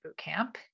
Bootcamp